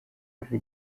bara